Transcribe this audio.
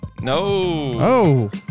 No